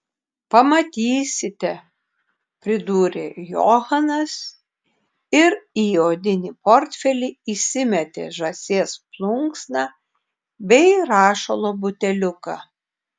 pamatysite pridūrė johanas ir į odinį portfelį įsimetė žąsies plunksną bei rašalo buteliuką